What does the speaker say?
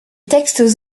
textes